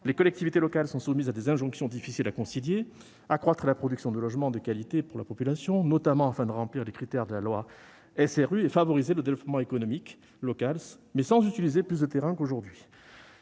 Les collectivités locales sont soumises à des injonctions difficiles à concilier : accroître la production de logements de qualité pour la population, notamment afin de remplir les critères de la loi SRU, et favoriser le développement économique local, mais sans utiliser plus de terrain qu'aujourd'hui.